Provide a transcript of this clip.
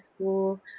school